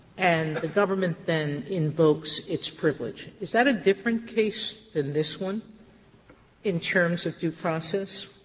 and the government then invokes its privilege. is that a different case than this one in terms of due process?